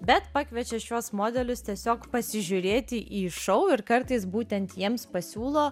bet pakviečia šiuos modelius tiesiog pasižiūrėti į šou ir kartais būtent jiems pasiūlo